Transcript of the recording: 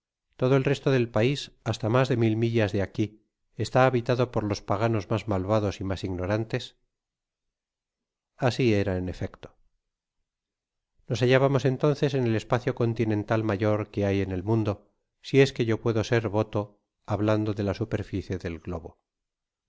todo el resto del pais hasta mas de mil millas ele aquí está habitado por los paganos mas malvados y mas ignorantes así era en fecto nos hallábamos entonces en el espacio continental mayor que hay en el mundo si es que yo puedo ser voto hablando de la superficie del globo